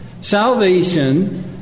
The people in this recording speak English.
Salvation